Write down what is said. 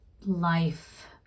life